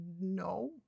no